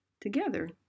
Together